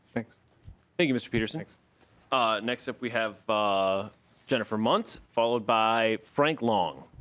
thank thank you mr. peterson next ah next up we have ah jennifer monk followed by frank long.